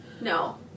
no